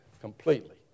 completely